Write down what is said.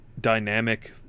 dynamic